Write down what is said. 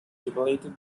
stipulated